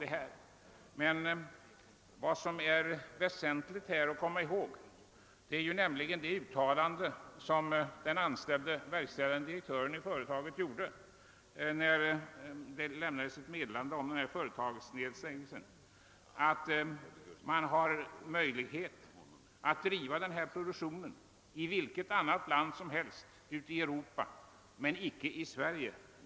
Vad som emellertid här är väsentligt att komma ihåg är ett uttalande som verkställande direktören i företaget gjorde, när han lämnade meddelande om företagsnedläggelsen, nämligen att man har möjlighet att driva denna produktion i vilket annat land som helst ute i Europa men inte i Sverige.